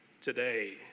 today